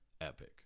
Epic